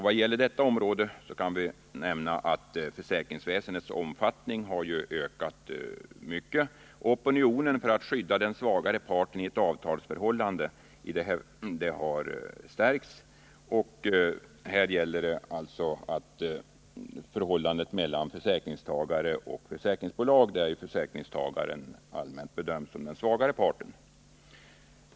Vad gäller detta område kan nämnas att försäkringsväsendets omfattning har ökat kraftigt och att opinionen för att skydda den svagare parten i ett avtalsförhållande har stärkts. Här gäller det alltså ett förhållande mellan försäkringstagare och försäkringsbolag, där försäkringstagaren allmänt bedöms som den svagare parten.